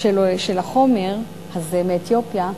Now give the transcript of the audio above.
של החומר הזה מאתיופיה,